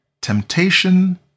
Temptation